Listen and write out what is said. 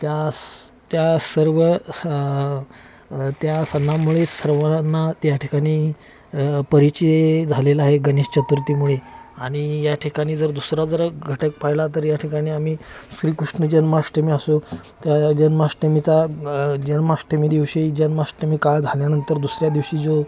त्या स त्या सर्व स त्या सणामुळे सर्वांना त्या ठिकाणी परिचय झालेलं आहे गणेश चतुर्थीमुळे आणि या ठिकाणी जर दुसरा जर घटक पाहिला तर या ठिकाणी आम्ही श्रीकृष्ण जन्माष्टमी असो त्या जन्माष्टमीचा जन्माष्टमीदिवशी जन्माष्टमी काळ झाल्यानंतर दुसऱ्या दिवशी जो